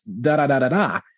da-da-da-da-da